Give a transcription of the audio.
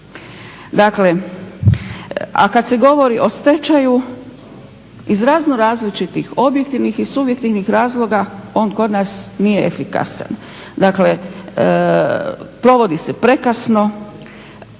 Dakle, a kad se govori o stečaju, iz razno različitih objektivnih i subjektivnih razloga on kod nas nije efikasan. Dakle, provodi se prekasno,